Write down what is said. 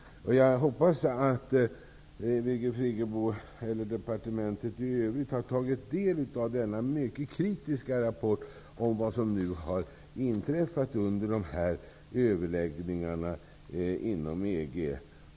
Jag hoppas att Birgit Friggebo och departementet i övrigt har tagit del av denna mycket kritiska rapport om vad som har inträffat under överläggningarna inom EG.